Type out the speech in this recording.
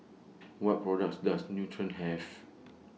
What products Does Nutren Have